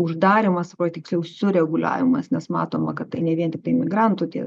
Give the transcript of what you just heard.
uždarymas arba tiksliau sureguliavimas nes matoma kad tai ne vien tiktai migrantų tie